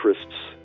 interests